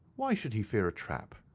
why should he fear a trap?